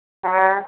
हाँ